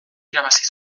irabazi